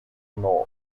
nord